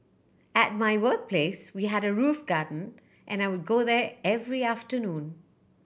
at my workplace we had a roof garden and I would go there every afternoon